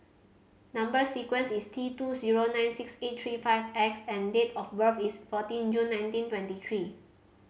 number sequence is T two zero nine six eight three five X and date of birth is fourteen June nineteen twenty three